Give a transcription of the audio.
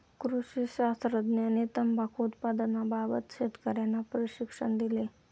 कृषी शास्त्रज्ञांनी तंबाखू उत्पादनाबाबत शेतकर्यांना प्रशिक्षण दिले